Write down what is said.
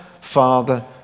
Father